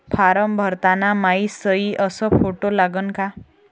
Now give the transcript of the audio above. Form भरताना मायी सयी अस फोटो लागन का?